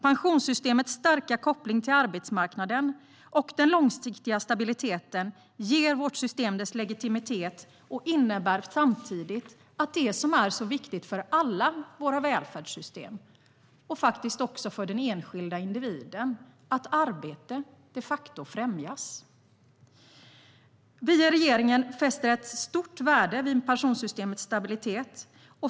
Pensionssystemets starka koppling till arbetsmarknaden och den långsiktiga stabiliteten ger vårt system dess legitimitet och innebär samtidigt att arbete, det som är så viktigt för alla våra välfärdssystem och även för individen, de facto främjas. Vi i regeringen fäster stort värde vid pensionssystemets stabilitet.